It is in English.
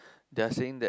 they are saying that